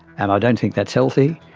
and i don't think that's healthy.